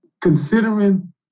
Considering